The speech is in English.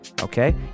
Okay